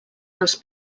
dels